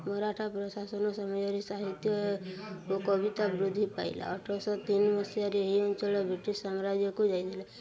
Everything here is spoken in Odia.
ମରାଠା ପ୍ରଶାସନ ସମୟରେ ସାହିତ୍ୟ ଓ କବିତା ବୃଦ୍ଧି ପାଇଲା ଅଠରଶହ ତିନି ମସିହାରେ ଏହି ଅଞ୍ଚଳ ବ୍ରିଟିଶ ସାମ୍ରାଜ୍ୟକୁ ଯାଇଥିଲେ